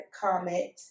comment